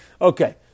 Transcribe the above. Okay